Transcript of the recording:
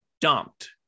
dumped